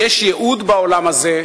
יש ייעוד בעולם הזה.